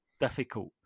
difficult